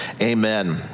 Amen